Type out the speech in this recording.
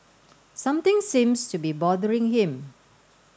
something seems to be bothering him